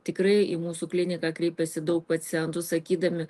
tikrai į mūsų kliniką kreipiasi daug pacientų sakydami